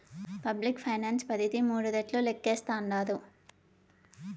public finance పరిధి మూడు రెట్లు లేక్కేస్తాండారు